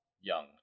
young